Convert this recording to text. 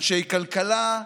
אנשי כלכלה,